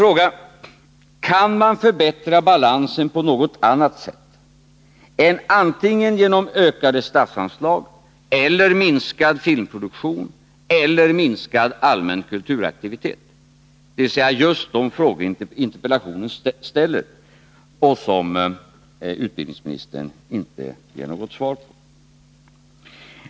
fråga: Kan man förbättra balansen på något annat sätt än genom antingen ökade statsanslag eller minskad filmproduktion eller minskad allmän kulturaktivitet? Detta är just de frågor som interpellationen ställer och som utbildningsministern inte ger något svar på.